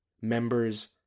members